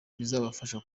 bizabafasha